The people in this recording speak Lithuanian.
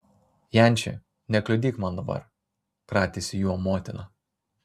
janči nekliudyk man dabar kratėsi juo motina